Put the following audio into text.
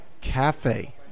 cafe